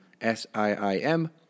S-I-I-M